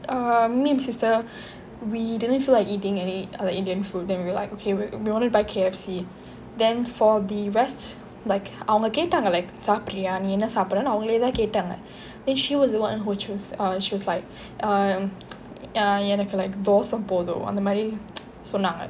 err me and my sister we didn't feel like eating any other indian food then we were like okay we we wanted to buy K_F_C then for the rest like அவங்க கேட்டாங்க சாப்பிடுறியா நீ என்ன சாப்பிடுறேன்னு அவங்களேயே தான் கேட்டாங்க:avanga kettaanga saapiduriya nee enna saapidurennu avangaleye thaan kettaanga then she was the one who choose err she was like err err எனக்கு தோசை போதும் அந்த மாதிரி:enakku thosai pothum antha maathiri சொன்னாங்க:sonnaanga